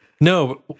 No